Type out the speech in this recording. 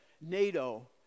NATO